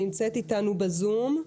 שנמצאת איתנו בזום.